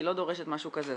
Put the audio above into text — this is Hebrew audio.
היא לא דורשת משהו כזה,